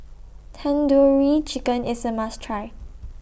Tandoori Chicken IS A must Try